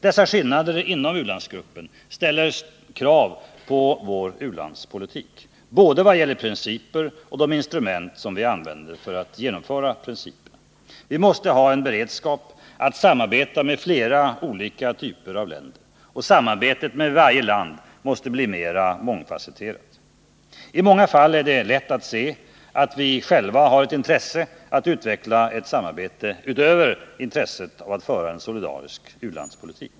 Dessa skillnader inom u-landsgruppen ställer krav på vår u-landspolitik — både i vad gäller principer och när det gäller de instrument som vi använder för att genomföra principerna. Vi måste ha en beredskap att samarbeta med flera olika typer av länder. Samarbetet med varje land måste bli mera mångfasetterat. I många fall är det lätt att se att vi själva, utöver intresset av att föra en solidarisk u-landspolitik, har ett intresse av att utveckla ett samarbete.